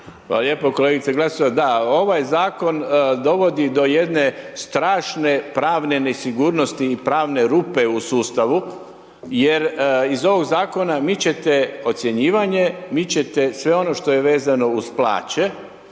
lijepo. Kolegice Glasovac, da ovaj zakon dovodi do jedne strašne pravne nesigurnosti i pravne rupe u sustavu jer iz ovog zakona mičete ocjenjivanje, mičete sve ono što je vezano uz plaće.